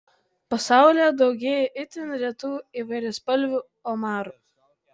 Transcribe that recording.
pasaulyje daugėja itin retų įvairiaspalvių omarų